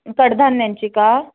कडधान्यांची का